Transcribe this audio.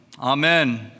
Amen